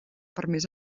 permís